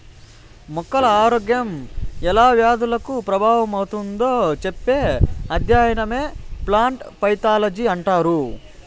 మొక్కల ఆరోగ్యం ఎలా వ్యాధులకు ప్రభావితమవుతుందో చెప్పే అధ్యయనమే ప్లాంట్ పైతాలజీ అంటారు